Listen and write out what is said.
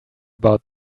about